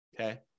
Okay